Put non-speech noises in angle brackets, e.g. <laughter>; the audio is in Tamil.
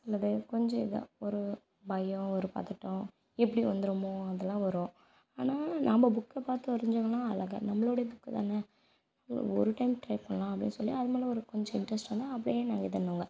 சிலது கொஞ்சம் இதா ஒரு பயம் ஒரு பதட்டம் எப்படி வந்துடுமோ அதெல்லாம் வரும் ஆனால் நம்ப புக்கை பார்த்து வரைஞ்சோன்னா அழகாக நம்மளோடைய புக்கு தானே ஒரு டைம் ட்ரை பண்ணலாம் அப்படின்னு சொல்லி அதுமேல் ஒரு கொஞ்சம் இன்ட்ரெஸ்ட் வந்தால் அப்படியே நாங்கள் <unintelligible>